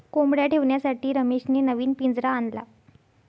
कोंबडया ठेवण्यासाठी रमेशने नवीन पिंजरा आणला